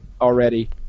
already